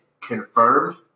confirmed